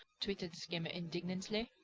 twittered skimmer indignantly.